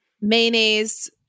mayonnaise